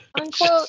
unquote